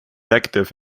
active